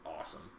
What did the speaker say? awesome